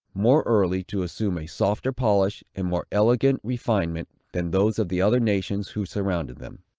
more early, to assume a softer polish, and more elegant refinement, than those of the other nations who surrounded them.